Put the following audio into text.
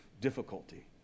difficulty